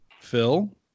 phil